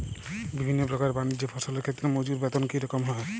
বিভিন্ন প্রকার বানিজ্য ফসলের ক্ষেত্রে মজুর বেতন কী রকম হয়?